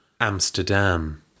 Amsterdam